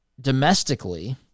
domestically